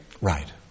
Right